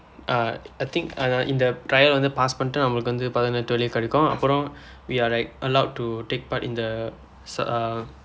uh I think அது இந்த:athu indtha trial வந்து:vandthu pass பண்ணிட்டு வந்து நம்மளுக்கு பதினெட்டு வெள்ளி கிடைக்கும் அப்புறம்:pannitdu namaalukku vandthu pathinetdu velli kidaikkum appuram we are like allowed to take part in the su~ uh